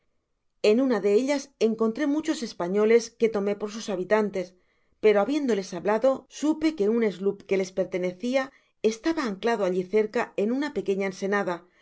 en una de ellas encontré muchos españoles que tomé por sus habitantes pero habiéndoles hablado supe que un sloop que les pertenecia estaba anclado alli cerca en una pequeña ensenada